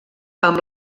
amb